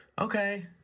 Okay